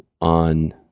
on